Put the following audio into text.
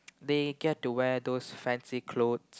they get to wear those fancy clothes